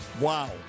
Wow